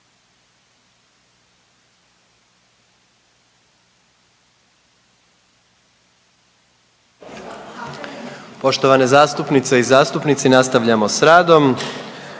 Poštovane zastupnice i zastupnici nastavljamo sa radom.